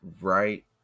Right